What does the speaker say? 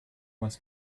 was